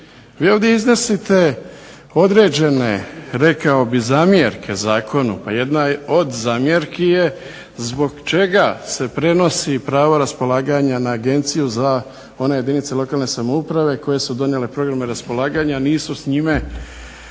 Vi ovdje iznosite određene rekao bih zamjerke zakonu, pa jedna od zamjerki je zbog čega se prenosi pravo raspolaganja na agenciju na one jedinice lokalne samouprave koje su donijele program raspolaganja a nisu s njima